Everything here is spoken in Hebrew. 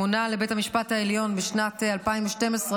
מונה לבית המשפט העליון בשנת 2012,